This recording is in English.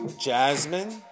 jasmine